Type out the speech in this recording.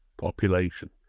population